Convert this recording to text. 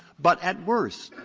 but at worst,